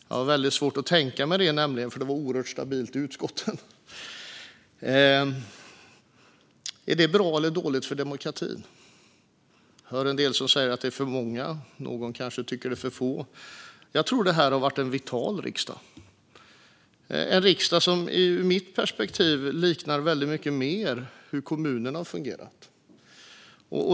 Jag har väldigt svårt att tänka mig det, för det var oerhört stabilt i utskotten. Är detta bra eller dåligt för demokratin? Jag hör en del som säger att det är för många, och någon kanske tycker att det är för få. Jag tror att det här har varit en vital riksdag - en riksdag som, ur mitt perspektiv, väldigt mycket mer liknar hur kommunerna har fungerat.